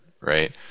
right